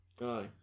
aye